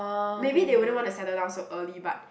maybe they wouldn't want to settle down so early but